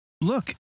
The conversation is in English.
look